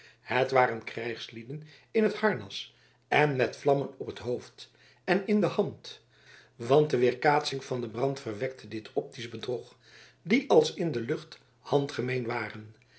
het waren krijgslieden in t harnas en met vlammen op het hoofd en in de hand want de weerkaatsing van den brand verwekte dit optisch bedrog die als in de lucht handgemeen waren